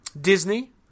Disney